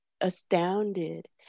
astounded